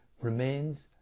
remains